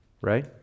Right